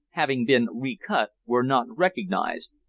having been recut, were not recognized,